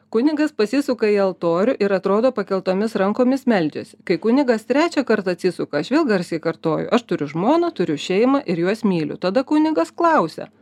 kunigas pasisuka į altorių ir atrodo pakeltomis rankomis meldžiasi kai kunigas trečią kart atsisuka aš vėl garsiai kartoju aš turiu žmoną turiu šeimą ir juos myliu tada kunigas klausia